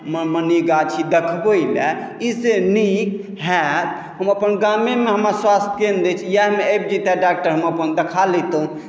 मनीगाछी देखबै लेल ई सँ नीक होयत हम अपन गामेमे हमरा स्वास्थ केन्द्र अछि इएहमे आबि जइतए डॉक्टर हम अपन देखा लैतहुँ